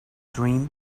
dream